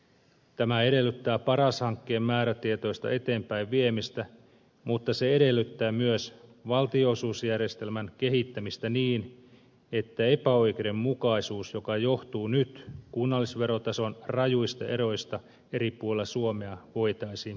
tämä edellyttää paras hankkeen määrätietoista eteenpäinviemistä mutta se edellyttää myös valtionosuusjärjestelmän kehittämistä niin että epäoikeudenmukaisuus joka johtuu nyt kunnallisverotason rajuista eroista eri puolilla suomea voitaisiin poistaa